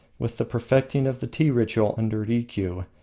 with the perfecting of the tea-ritual under rikiu,